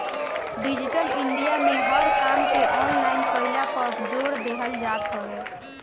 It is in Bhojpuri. डिजिटल इंडिया में हर काम के ऑनलाइन कईला पअ जोर देहल जात हवे